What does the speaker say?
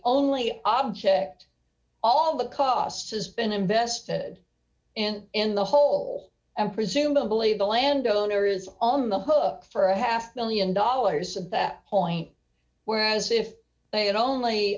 only object all the cost has been invested in in the hole and presumably the landowner is on the hook for a half one million dollars of that point whereas if they had